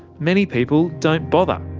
many people don't bother.